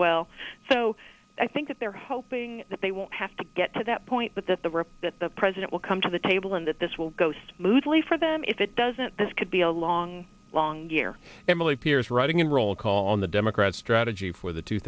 well so i think that they're hoping that they won't have to get to that point but that the rip that the president will come to the table and that this will go smoothly for them if it doesn't this could be a long long year emily piers writing in roll call on the democrats strategy for the two